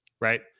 right